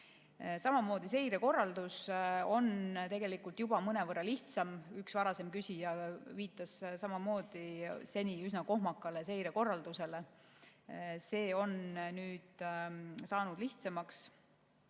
Samamoodi on seirekorraldus tegelikult mõnevõrra lihtsam. Üks varasem küsija viitas samamoodi senisele üsna kohmakale seirekorraldusele. See on nüüd saanud lihtsamaks.